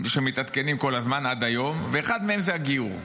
שמתעדכנים כל הזמן, עד היום, ואחד מהם זה הגיור.